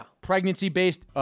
pregnancy-based